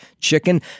chicken